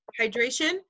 hydration